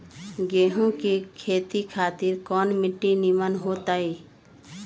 गेंहू की खेती खातिर कौन मिट्टी निमन हो ताई?